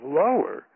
lower